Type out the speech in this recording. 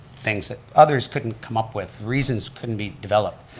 things that others couldn't come up with, reasons couldn't be developed.